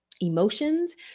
emotions